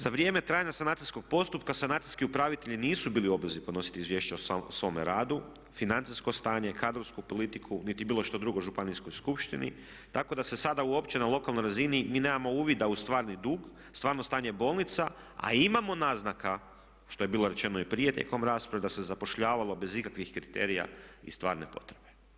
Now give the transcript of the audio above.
Za vrijeme trajanja sanacijskog postupka sanacijski upravitelji nisu bili u obvezi podnositi izvješća o svome radu, financijsko stanje, kadrovsku politiku niti bilo što drugo županijskog skupštini, tako da se sada uopće na lokalnoj razini mi nemamo uvida u stvarni dug, stvarno stanje bolnica, a imamo naznaka što je bilo rečeno i prije tijekom rasprave da se zapošljavalo bez ikakvih kriterija i stvarne potrebe.